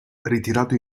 ritirato